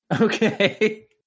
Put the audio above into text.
Okay